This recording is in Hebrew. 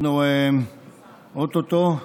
אנחנו או-טו-טו,